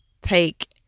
take